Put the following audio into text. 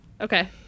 Okay